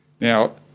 Now